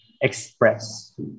express